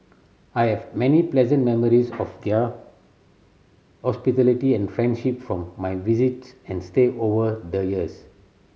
I have many pleasant memories of their hospitality and friendship from my visits and stay over the years